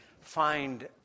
find